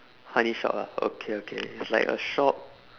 honey shop ah okay okay it's like a shop